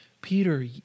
Peter